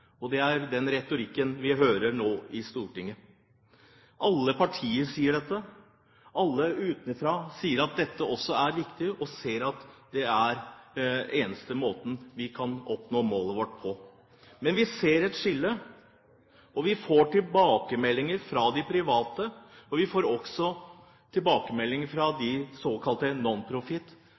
og det er den retorikken vi hører nå i Stortinget. Alle partier sier dette. Alle utenfra sier også at dette er viktig, og ser at det er den eneste måten vi kan oppnå målet vårt på. Men vi ser et skille. Vi får tilbakemeldinger fra private institusjoner og fra såkalte nonprofitinstitusjoner om at de